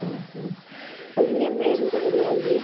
ആ ആ ഇനി എന്തേലും വരുവാണെങ്കിൽ